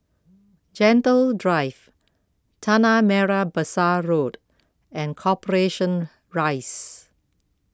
Gentle Drive Tanah Merah Besar Road and Corporation Rise